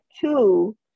two